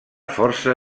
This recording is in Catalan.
força